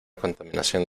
contaminación